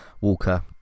walker